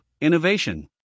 Innovation